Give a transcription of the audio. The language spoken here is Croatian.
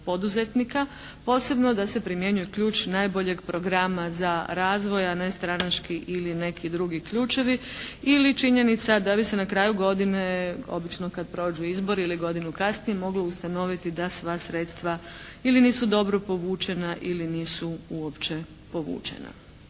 posebno da se primjenjuje ključ najboljeg programa za razvoj a ne stranački ili neki drugi ključevi. Ili činjenica da bi se na kraju godine obično kad prođu izbori ili godinu kasnije moglo ustanoviti da sva sredstva ili nisu dobro povučena ili nisu uopće povučena.